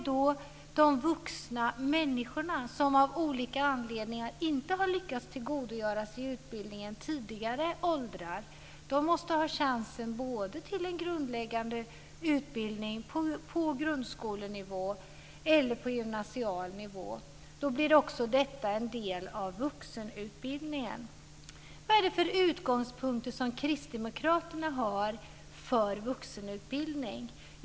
De vuxna människor som av olika anledningar inte har lyckats tillgodogöra sig utbildningen i tidigare åldrar måste ha chansen till både en grundläggande utbildning på grundskolenivå och utbildning på gymnasial nivå. Då blir också detta en del av vuxenutbildningen. Vad är det då för utgångspunkter som Kristdemokraterna har för vuxenutbildning?